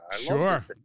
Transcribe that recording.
Sure